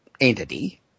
entity